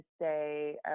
say